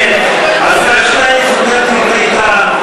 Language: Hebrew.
השר שטייניץ אומר דברי טעם.